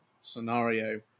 scenario